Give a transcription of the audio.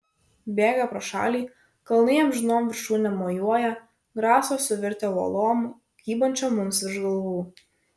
bėga pro šalį kalnai amžinom viršūnėm mojuoja graso suvirtę uolom kybančiom mums virš galvų